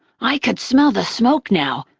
i could smell the smoke now,